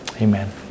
Amen